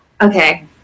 Okay